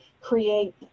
create